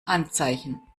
anzeichen